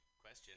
question